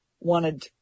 wanted